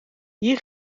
hier